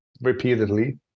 repeatedly